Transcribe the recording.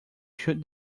shoot